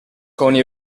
coni